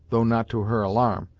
though not to her alarm,